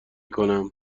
کنم